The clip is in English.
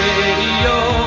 Radio